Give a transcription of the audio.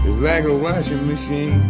like a washing machine.